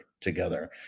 together